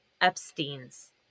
Epstein's